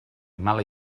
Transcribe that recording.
mala